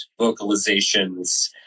vocalizations